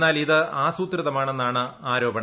എന്നാൽ ഇത് ആസൂത്രിതമാണെന്നാണ് ആരോപണം